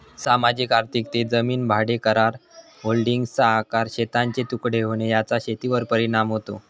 सामाजिक आर्थिक ते जमीन भाडेकरार, होल्डिंग्सचा आकार, शेतांचे तुकडे होणे याचा शेतीवर परिणाम होतो